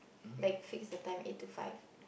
like fix the time eight to five